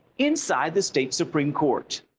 inside the state supreme court.